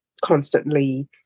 constantly